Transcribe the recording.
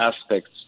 aspects